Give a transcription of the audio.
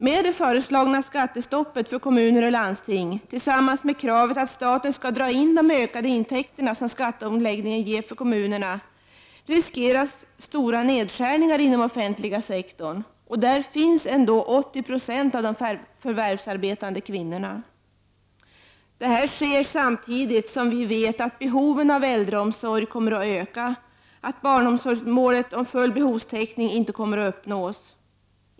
Med det föreslagna skattestoppet för kommuner och landsting, tillsammans med kravet att staten skall dra in de ökade intäkter som skatteomläggningen ger kommunerna, riskeras stora nedskärningar inom den offentliga sektorn. Där finns 80 96 av de förvärvsarbetande kvinnorna. Detta sker samtidigt som vi vet att behoven av äldreomsorg kommer att öka och att barnomsorgsmålet om full behovstäckning inte kommer att uppnås.